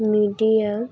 media